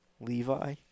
Levi